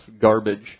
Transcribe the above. garbage